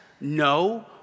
no